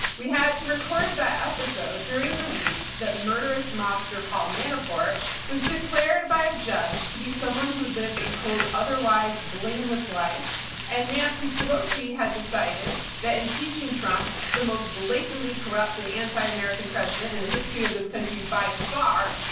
we had to record that episode during the week that murderous mobster paul manafort was declared by a judge to be someone who lived a quote, otherwise blameless life and nancy pelosi had decided that impeaching trump, the most blatantly corrupt and anti american president in the history of this country by far,